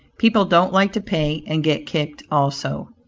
people don't like to pay and get kicked also.